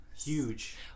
Huge